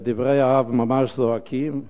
דברי האב ממש זועקים: